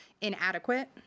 inadequate